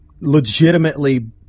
legitimately